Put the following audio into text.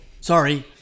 Sorry